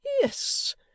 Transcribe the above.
Yes